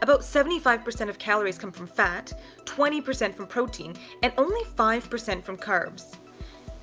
about seventy five percent of calories come from fat twenty percent from protein and only five percent from carbs